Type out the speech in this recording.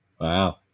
Wow